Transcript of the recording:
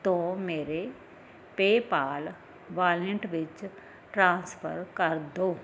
ਤੋਂ ਮੇਰੇ PayPal wallet ਵਿੱਚ ਟ੍ਰਾਂਸਫਰ ਕਰ ਦਵੋਂ